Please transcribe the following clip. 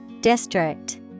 District